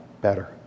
better